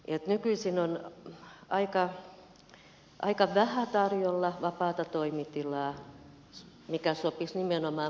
nykyisin on aika vähän tarjolla vapaata toimitilaa mikä sopisi nimenomaan parturi kampaamolle